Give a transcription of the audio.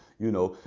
you know.